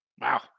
Wow